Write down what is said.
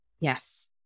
Yes